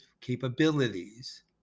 capabilities